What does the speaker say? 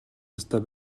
ёстой